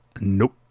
Nope